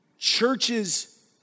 Churches